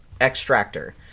extractor